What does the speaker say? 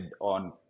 on